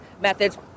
methods